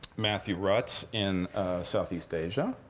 matthew rutz in southeast asia.